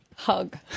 hug